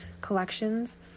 collections